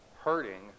hurting